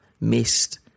missed